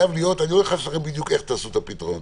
אני לא נכנס לכם בדיוק איך תעשו את הפתרונות,